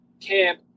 camp